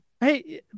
Hey